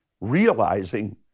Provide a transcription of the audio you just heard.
Realizing